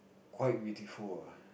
quite beautiful ah